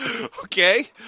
Okay